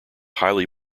highly